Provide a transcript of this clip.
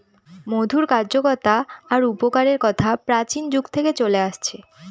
মধুর কার্যকতা আর উপকারের কথা প্রাচীন যুগ থেকে চলে আসছে